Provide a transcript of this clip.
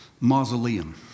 mausoleum